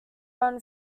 run